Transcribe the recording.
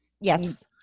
Yes